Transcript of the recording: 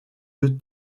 deux